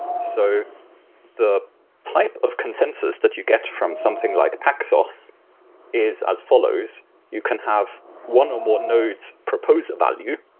so the type of consensus that you get from something like paxos is as follows you can have one or more nodes propose a value,